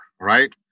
right